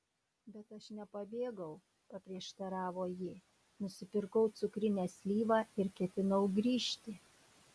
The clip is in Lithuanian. bet aš nepabėgau paprieštaravo ji nusipirkau cukrinę slyvą ir ketinau grįžti